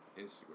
Instagram